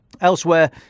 Elsewhere